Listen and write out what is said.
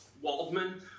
Waldman